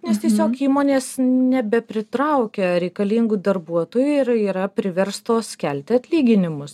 nes tiesiog įmonės nebepritraukia reikalingų darbuotojų ir yra priverstos kelti atlyginimus